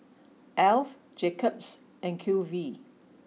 Alf Jacob's and Q V